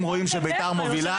אם רואים שבית"ר מובילה,